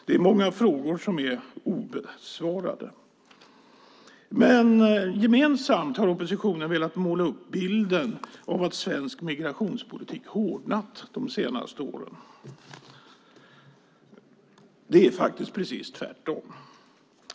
Det är många frågor som är obesvarade. Gemensamt har oppositionen velat måla upp bilden av att svensk migrationspolitik har hårdnat de senaste åren. Det är faktiskt tvärtom.